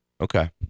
Okay